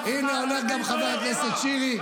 הינה, אומר גם חבר הכנסת שירי.